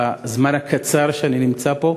בזמן הקצר שאני נמצא פה,